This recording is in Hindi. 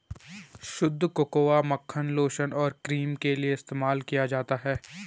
शुद्ध कोकोआ मक्खन लोशन और क्रीम के लिए इस्तेमाल किया जाता है